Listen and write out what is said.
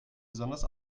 besonders